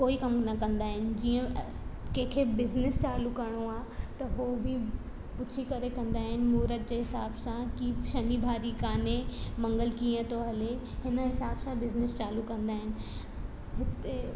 कोई कम न कंदा आहिनि जीअं कंहिंखें बिज़नैस चालू करिणो आहे त उहो बि पुछी करे कंदा आहिनि महूरत जे हिसाब सां की शनि भारी कोन्हे मंगल कीअं थो हले हिन हिसाब सां बिज़नैस चालू कंदा आहिनि हिते